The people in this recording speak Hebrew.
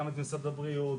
גם את משרד הבריאות,